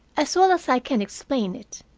as well as i can explain it,